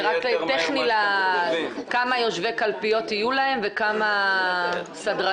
זה רק טכני לכמה יושבי קלפיות יהיו להם וכמה סדרנים.